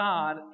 God